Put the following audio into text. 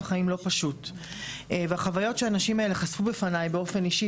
חיים לא פשוט והחוויות שהנשים האלה חשפו בפניי באופן אישי,